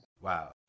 Wow